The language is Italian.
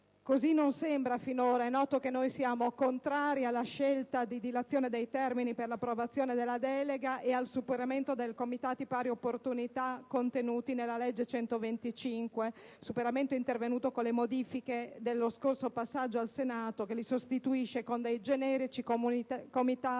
così non sembra. È noto che noi siamo contrari alla scelta di dilazione dei termini per l'approvazione della delega e al superamento dei Comitati per le pari opportunità contenuti nella legge n. 125 del 1991 (superamento intervenuto con le modifiche dello scorso passaggio al Senato, che li sostituiscono con dei generici comitati